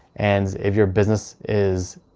and if your business is